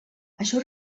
això